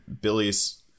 Billy's